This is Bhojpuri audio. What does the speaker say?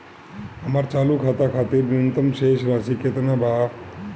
हमर चालू खाता खातिर न्यूनतम शेष राशि केतना बा?